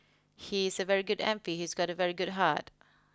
he's a very good M P he's got a very good heart